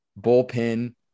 bullpen